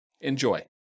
Enjoy